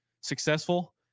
successful